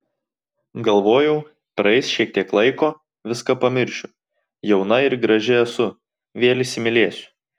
galvojau praeis šiek tiek laiko viską pamiršiu jauna ir graži esu vėl įsimylėsiu